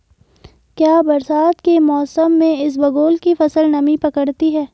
क्या बरसात के मौसम में इसबगोल की फसल नमी पकड़ती है?